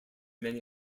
many